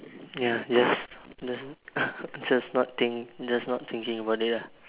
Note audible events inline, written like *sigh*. ya yes doesn't *laughs* just not think just not thinking about it ah